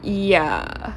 ya